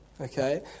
Okay